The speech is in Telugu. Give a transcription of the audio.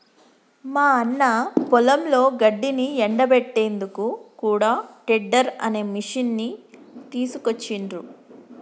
మా అన్న పొలంలో గడ్డిని ఎండపెట్టేందుకు కూడా టెడ్డర్ అనే మిషిని తీసుకొచ్చిండ్రు